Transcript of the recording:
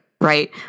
right